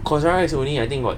Cosrx only I think got